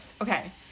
Okay